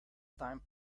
time